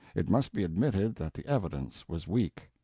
it must be admitted that the evidence was weak.